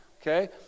Okay